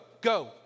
go